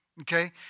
Okay